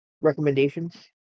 recommendations